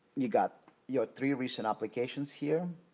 you got your three recent applications here.